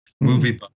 Movie